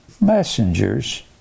messengers